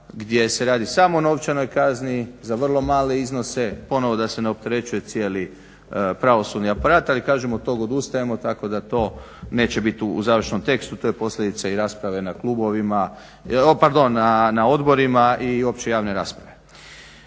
gdje se radi samo o novčanoj kazni za vrlo male iznose, ponovo da se ne opterećuje cijeli pravosudni aparat, ali kažem od tog odustajemo tako da to neće bit u završnom tekstu. To je posljedica i rasprave na odborima i uopće javne rasprave.